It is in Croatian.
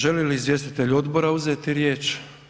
Želi li izvjestitelji odbora uzeti riječ?